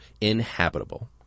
inhabitable